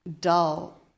dull